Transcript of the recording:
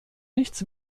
nichts